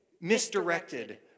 misdirected